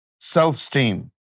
self-esteem